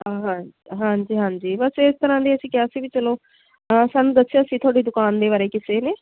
ਹ ਹਾਂਜੀ ਹਾਂਜੀ ਬਸ ਇਸ ਤਰ੍ਹਾਂ ਦੇ ਅਸੀਂ ਕਿਹਾ ਸੀ ਵੀ ਚਲੋ ਸਾਨੂੰ ਦੱਸਿਆ ਸੀ ਤੁਹਾਡੀ ਦੁਕਾਨ ਦੇ ਬਾਰੇ ਕਿਸੇ ਨੇ